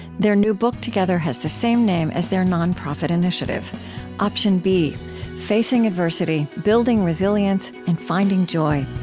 their new book together has the same name as their non-profit initiative option b facing adversity, building resilience and finding joy